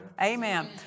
Amen